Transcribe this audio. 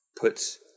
puts